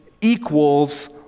equals